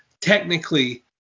technically